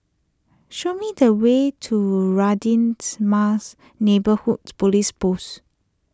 show me the way to Radins Mas Neighbourhood Police Post